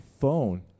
phone